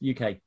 UK